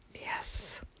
yes